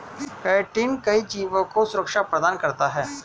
chitin कई जीवों को सुरक्षा प्रदान करता है